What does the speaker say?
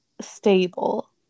stable